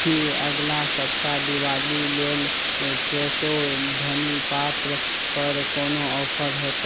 कि अगिला सप्ताह दिवाली लेल फ्रेशो धनि पात्रपर कोनो ऑफर हेतै